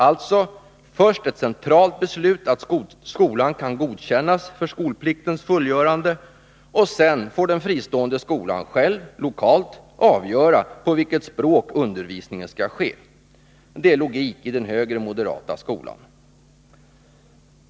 Alltså, först ett centralt beslut att skolan kan godkännas för skolpliktens fullgörande, och sedan får den fristående skolan själv, lokalt, avgöra på vilket språk undervisningen skall ske. Det är logik i den högre moderata skolan.